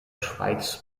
schweiz